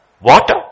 water